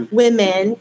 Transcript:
women